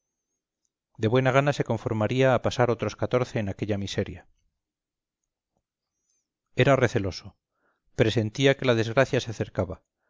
de buena gana se conformaría a pasar otros catorce en aquella miseria era receloso presentía que la desgracia se acercaba